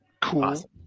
cool